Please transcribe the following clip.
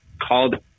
called